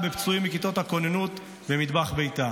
ושם טיפלה בפצועים מכיתות הכוננות במטבח ביתה.